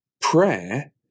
Prayer